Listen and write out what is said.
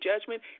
judgment